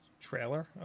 trailer